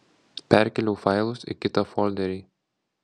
perkėliau failus į kitą folderį